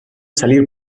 salir